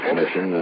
mission